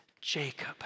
Jacob